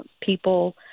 people